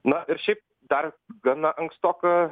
na ir šiaip dar gana ankstoka